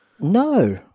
No